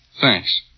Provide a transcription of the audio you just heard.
Thanks